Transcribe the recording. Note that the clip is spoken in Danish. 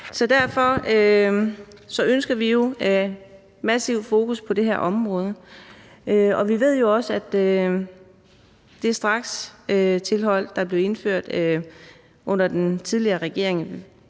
Derfor ønsker vi massiv fokus på det her område, og vi ved jo også, at det strakstilhold, der blev indført under den tidligere regering